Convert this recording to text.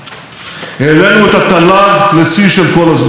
העלינו את ההכנסה לנפש לשיא של כל הזמנים.